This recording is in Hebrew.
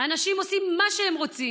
אנשים עושים מה שהם רוצים.